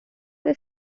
that